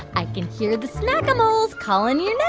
i can hear the smack-a-moles calling your